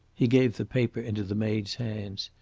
he gave the paper into the maid's hands.